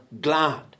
glad